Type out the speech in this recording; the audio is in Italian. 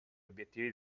obbiettivi